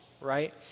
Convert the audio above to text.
right